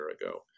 ago